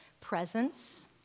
presence